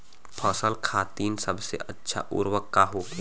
फसल खातीन सबसे अच्छा उर्वरक का होखेला?